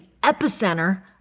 epicenter